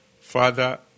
Father